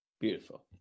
beautiful